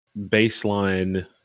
baseline